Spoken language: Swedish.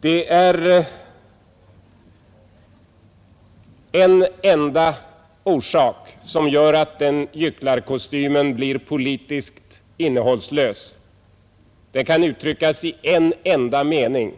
Det är en enda orsak som gör att den gycklarkostymen blir politiskt innehållslös. Det kan uttryckas i en enda mening.